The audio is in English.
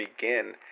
begin